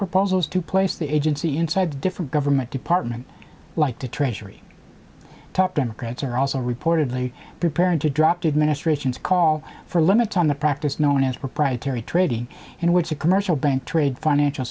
proposals to place the agency inside a different government department like the treasury top democrats are also reportedly preparing to drop the administration's call for a limit on the practice known as proprietary trading in which a commercial bank trade financial